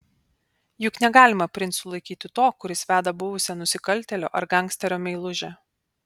juk negalima princu laikyti to kuris veda buvusią nusikaltėlio ar gangsterio meilužę